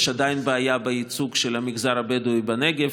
יש עדיין בעיה בייצוג של המגזר הבדואי בנגב.